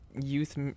youth